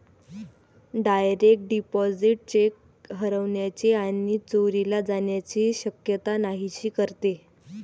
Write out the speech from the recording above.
direct deposit cheque हरवण्याची आणि चोरीला जाण्याची शक्यता नाहीशी करते